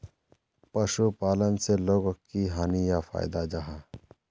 पशुपालन से लोगोक की हानि या फायदा जाहा?